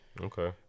Okay